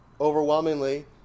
overwhelmingly